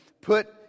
put